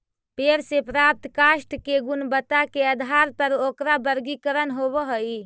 पेड़ से प्राप्त काष्ठ के गुणवत्ता के आधार पर ओकरा वर्गीकरण होवऽ हई